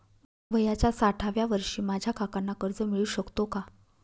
वयाच्या साठाव्या वर्षी माझ्या काकांना कर्ज मिळू शकतो का?